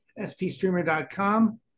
spstreamer.com